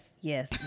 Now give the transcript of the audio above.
yes